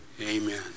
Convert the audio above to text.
amen